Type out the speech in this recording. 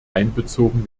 einbezogen